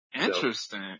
Interesting